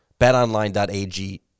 betonline.ag